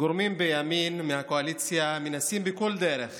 גורמים בימין מהקואליציה מנסים בכל דרך